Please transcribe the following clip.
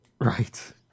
Right